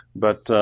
but